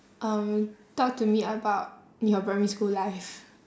um talk to me about your primary school life